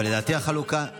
אבל חבל מודיעין,